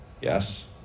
Yes